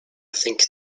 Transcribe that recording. think